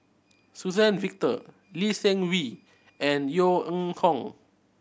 Suzann Victor Lee Seng Wee and Yeo Ning Hong